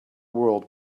world